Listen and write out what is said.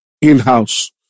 in-house